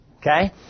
Okay